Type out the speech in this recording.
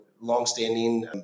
longstanding